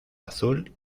azul